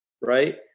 right